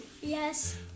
Yes